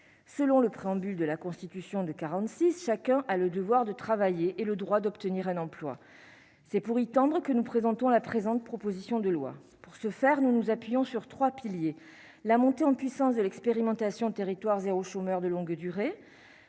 selon le préambule de la Constitution de 46, chacun a le devoir de travailler et le droit d'obtenir un emploi, c'est pour y tendre que nous présentons la présente proposition de loi pour ce faire, nous nous appuyons sur 3 piliers : la montée en puissance de l'expérimentation territoire zéro, chômeur de longue durée,